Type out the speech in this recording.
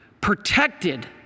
protected